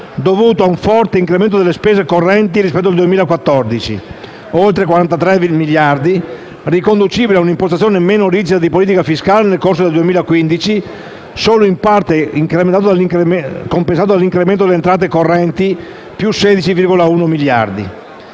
dovuto ad un forte incremento delle spese correnti rispetto al 2014 (di oltre 43 miliardi), riconducibile ad una impostazione meno rigida di politica fiscale nel corso del 2015, solo in parte compensato dall'incremento delle entrate correnti (+16,1 miliardi).